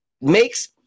makes